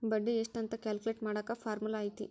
ಬಡ್ಡಿ ಎಷ್ಟ್ ಅಂತ ಕ್ಯಾಲ್ಕುಲೆಟ್ ಮಾಡಾಕ ಫಾರ್ಮುಲಾ ಐತಿ